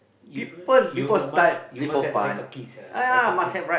you you must have the right kakis yeah right kakis